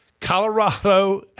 Colorado